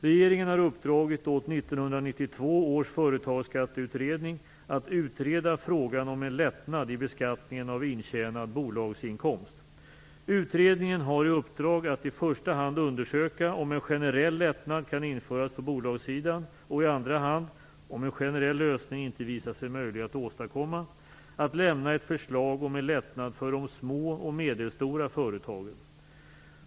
Regeringen har uppdragit åt 1992 års företagsskatteutredning att utreda frågan om en lättnad i beskattningen av intjänad bolagsinkomst. Utredningen har i uppdrag att i första hand undersöka om en generell lättnad kan införas på bolagssidan och i andra hand - om en generell lösning inte visar sig möjlig att åstadkomma - att lämna ett förslag om en lättnad för de små och medelstora företagen.